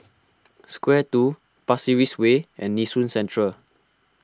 Square two Pasir Ris Way and Nee Soon Central